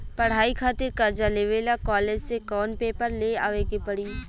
पढ़ाई खातिर कर्जा लेवे ला कॉलेज से कौन पेपर ले आवे के पड़ी?